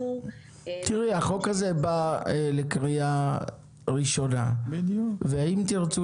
החוק הזה בא לקריאה ראשונה ואם תרצו